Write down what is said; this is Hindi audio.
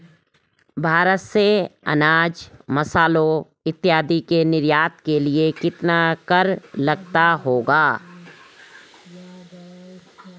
भारत से अनाज, मसालों इत्यादि के निर्यात के लिए कितना कर लगता होगा?